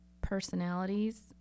personalities